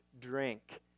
drink